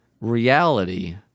reality